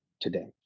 today